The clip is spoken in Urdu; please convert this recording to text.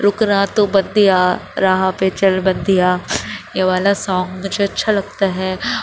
رکرا تو بندیا راہ پہ چل بندیا یہ والا سونگ مجھے اچھا لگتا ہے